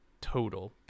total